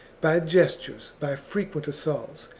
by gestures, by frequent assaults,